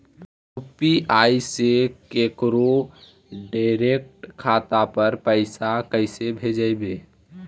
UPI से केकरो direct खाता पर पैसा कैसे भेजबै?